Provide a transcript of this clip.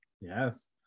yes